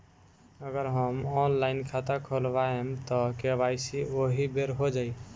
अगर हम ऑनलाइन खाता खोलबायेम त के.वाइ.सी ओहि बेर हो जाई